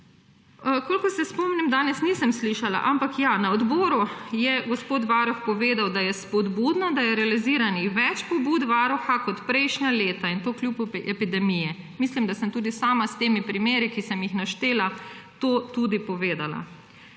Kolikor se spomnim, danes nisem slišala, ampak na odboru je gospod varuh povedal, da je spodbudno, da je realiziranih več pobud Varuha kot prejšnja leta, in to kljub epidemiji. Mislim, da sem tudi sama s temi primeri, ki sem jih naštela, to povedala.